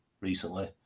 recently